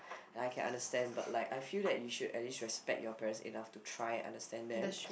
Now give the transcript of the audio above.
and I can understand but like I feel that you should at least respect your parents enough to try and understand them